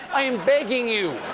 i am begging you!